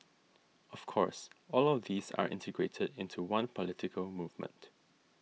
of course all of these are integrated into one political movement